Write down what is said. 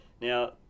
Now